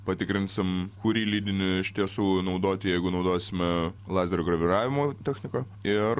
patikrinsim kurį lydinį iš tiesų naudoti jeigu naudosime lazerio graviravimo techniką ir